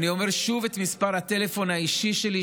אני אומר שוב את מספר הטלפון האישי שלי,